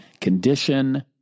condition